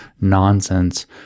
nonsense